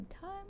time